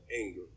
anger